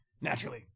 Naturally